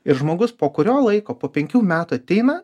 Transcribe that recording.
ir žmogus po kurio laiko po penkių metų ateina